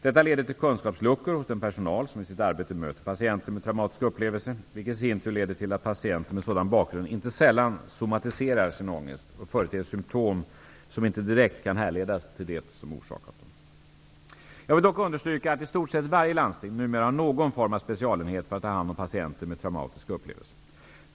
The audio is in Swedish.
Detta leder till kunskapsluckor hos den personal som i sitt arbete möter patienter med traumatiska upplevelser, vilket i sin tur leder till att patienter med sådan bakgrund inte sällan somatiserar sin ångest och företer symtom som inte direkt kan härledas till det som orsakat dem. Jag vill dock understryka att i stort sett varje landsting numera har någon form av specialenhet för att ta hand om patienter med traumatiska upplevelser.